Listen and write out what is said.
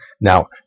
Now